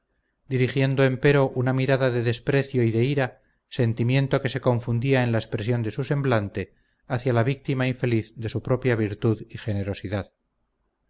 dirigiendo empero una mirada de desprecio y de ira sentimiento que se confundía en la expresión de su semblante hacia la víctima infeliz de su propia virtud y generosidad